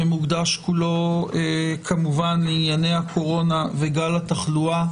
שמוקדש כולו כמובן לענייני הקורונה וגל התחלואה,